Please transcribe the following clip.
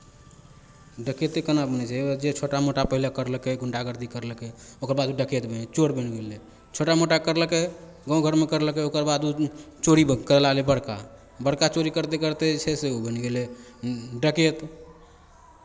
डकैते केना बनै छै हेवए जे छोटा मोटा पहिले करलकै गुण्डागर्दी करलकै ओकर बाद ओ डकैत बनि गेलै चोर बनि गेलै छोटा मोटा करलकै गाँव घरमे करलकै ओकर बाद ओ चोरी करए लागलै बड़का बड़का चोरी करिते करिते जे छै से ओ बनि गेलै डकैत